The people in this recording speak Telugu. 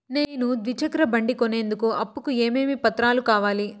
నేను ద్విచక్ర బండి కొనేందుకు అప్పు కు ఏమేమి పత్రాలు కావాలి?